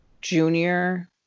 junior